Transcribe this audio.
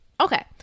Okay